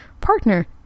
partner